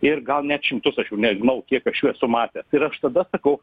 ir gal net šimtus aš jau nežinau kiek aš jų esu matęs ir aš tada sakau